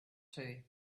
two